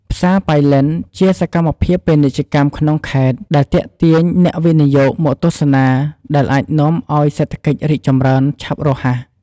ផ្សារប៉ៃលិន ជាសកម្មភាពពាណិជ្ជកម្មក្នុងខេត្ត ដែលទាក់ទាញអ្នកវិនិយោគមកទស្សនា ដែលអាចនាំឱ្យសេដ្ធកិច្ចរីកចម្រើនឆាប់រហ័ស។